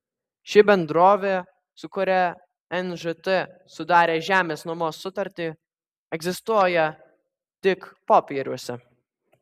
ši bendrovė su kuria nžt sudarė žemės nuomos sutartį egzistuoja tik popieriuose